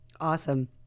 awesome